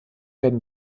werden